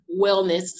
wellness